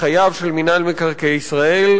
בחייו של מינהל מקרקעי ישראל,